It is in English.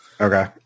Okay